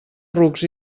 rucs